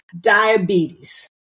diabetes